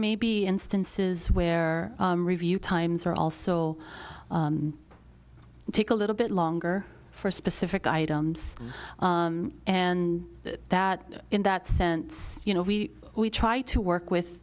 may be instances where review times are also take a little bit longer for specific items and that in that sense you know we we try to work